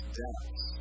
deaths